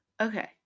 Okay